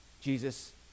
Jesus